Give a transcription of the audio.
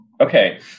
Okay